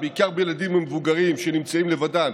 בעיקר בילדים ובמבוגרים שנמצאים לבדם.